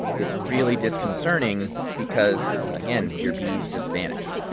it's really disconcerting because, again, your bees just vanish